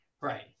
right